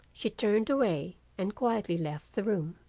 she turned away and quietly left the room.